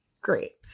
Great